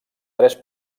tres